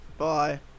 Bye